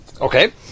Okay